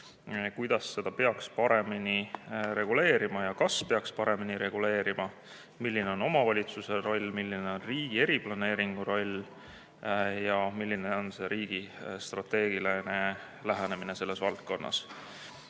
kuidas seda peaks paremini reguleerima ja kas peaks paremini reguleerima, milline on omavalitsuse roll, milline on riigi eriplaneeringu roll ja milline on riigi strateegiline lähenemine selles valdkonnas. Ühiselt